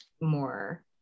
more